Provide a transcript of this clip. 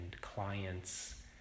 clients